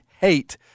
hate